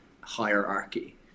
hierarchy